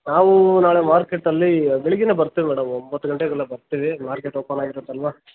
ನಾವೂ ನಾಳೆ ಮಾರ್ಕೆಟಲ್ಲಿ ಬೆಳಿಗ್ಗೆಯೇ ಬರ್ತೀವಿ ಮೇಡಮ್ ಒಂಬತ್ತು ಗಂಟೆಗೆಲ್ಲ ಬರ್ತೀವಿ ಮಾರ್ಕೆಟ್ ಓಪನ್ ಆಗಿರುತ್ತಲ್ವ